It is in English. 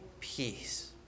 peace